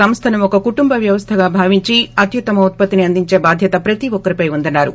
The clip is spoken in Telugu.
సంస్థను ఒక కుటుంబ వ్యవస్తగా భావించీ అత్యుత్తమ ఉత్పత్తి అందించే భాద్యత ప్రతో ఒక్కరిపై ఉందని అన్నారు